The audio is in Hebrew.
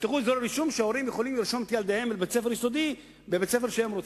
כדי שהורים יוכלו לרשום את ילדיהם לבית-הספר יסודי שהם רוצים.